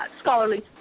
scholarly